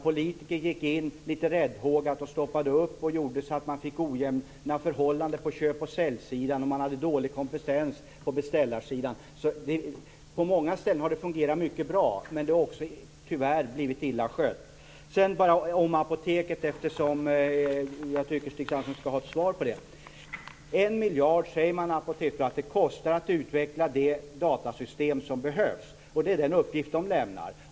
Politiker gick in litet räddhågat och stoppade upp utvecklingen, så att det blev ojämna förhållanden på köp-sälj-sidan, och man hade dålig kompetens på beställarsidan. På många ställen har det fungerat mycket bra, men det har tyvärr på andra ställen blivit illa skött. Jag vill vidare beträffande frågan om apoteken säga följande, eftersom jag tycker att Stig Sandström skall ha ett svar. Man säger från Apoteksbolaget att det kostar en miljard att utveckla det datasystem som behövs. Det är den uppgift som man där lämnar.